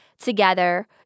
together